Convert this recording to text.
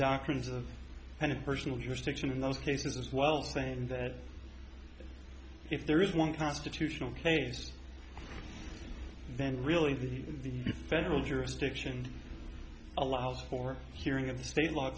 doctrines of and of personal jurisdiction in those cases as well saying that if there is one constitutional case then really the federal jurisdiction allows for hearing of the state l